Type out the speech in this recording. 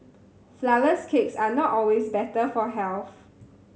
flourless cakes are not always better for health